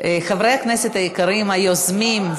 חברי הכנסת היקרים היוזמים,